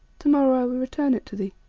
to-morrow i will return it to thee,